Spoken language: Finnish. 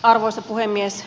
arvoisa puhemies